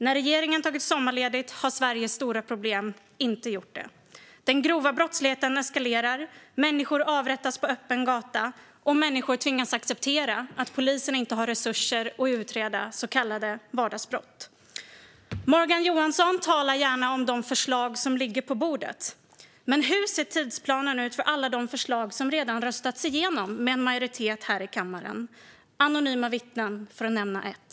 När regeringen tagit sommarledigt har Sveriges stora problem inte gjort det. Den grova brottsligheten eskalerar. Människor avrättas på öppen gata. Och människor tvingas acceptera att polisen inte har resurser att utreda så kallade vardagsbrott. Morgan Johansson talar gärna om de förslag som ligger på bordet. Men hur ser tidsplanen ut för alla de förslag som redan röstats igenom av en majoritet här i kammaren? Förslaget om anonyma vittnen är ett av dem.